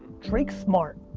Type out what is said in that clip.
drake's smart.